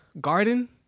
Garden